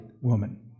woman